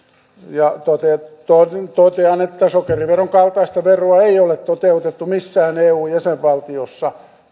ja totean että sokeriveron kaltaista veroa ei ole toteutettu missään eun jäsenvaltiossa